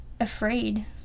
afraid